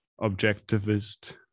objectivist